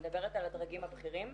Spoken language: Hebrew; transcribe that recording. אני מדברת על הדרגים הבכירים,